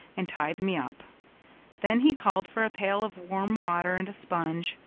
and tied me up then he called for a pail of warm water and a sponge,